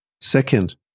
Second